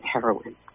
heroin